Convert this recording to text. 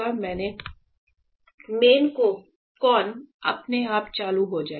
man में कौन अपने आप चालू हो जाएगा